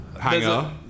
Hanger